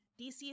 DC